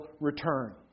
return